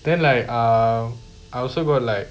then like err I also got like